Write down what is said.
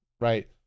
right